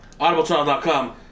AudibleTrial.com